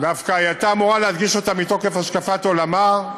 דווקא היא הייתה אמורה להדגיש אותה מתוקף השקפת עולמה,